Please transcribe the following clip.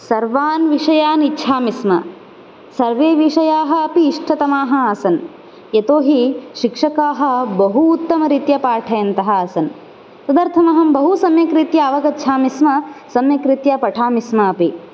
सर्वान् विषयान् इच्छामि स्म सर्वे विषयाः अपि इष्टतमाः आसन् यतोहि शिक्षकाः बहु उत्तमरीत्या पाठयन्तः आसन् तदर्थमहं बहु सम्यक् रीत्या अवगच्छामि स्म सम्यक् रीत्या पठामि स्म अपि